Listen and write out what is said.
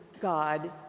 God